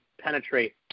penetrate